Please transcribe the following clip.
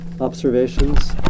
observations